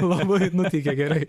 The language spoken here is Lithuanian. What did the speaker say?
labai nuteikia gerai